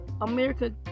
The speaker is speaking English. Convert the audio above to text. America